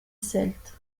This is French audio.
celte